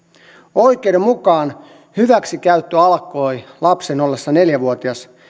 oikeuden mukaan hyväksikäyttö alkoi lapsen ollessa neljä vuotias